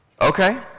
Okay